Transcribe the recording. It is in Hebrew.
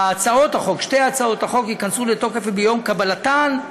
ששתי הצעות החוק ייכנסו לתוקף ביום קבלתן,